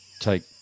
take